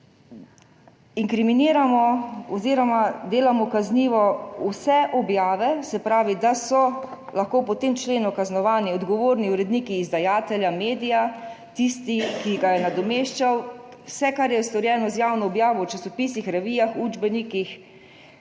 inkriminiramo oziroma delamo kaznive vse objave, se pravi da so lahko po tem členu kaznovani odgovorni uredniki izdajatelja medija, tisti, ki ga je nadomeščal, vse, kar je storjeno z javno objavo v časopisih, revijah, učbenikih,